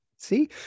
See